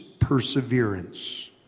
perseverance